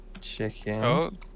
Chicken